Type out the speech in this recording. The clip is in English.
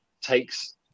takes